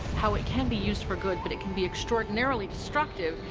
how it can be used for good but it can be extraordinarily destructive,